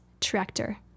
tractor